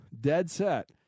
dead-set